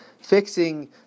Fixing